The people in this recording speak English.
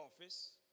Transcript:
office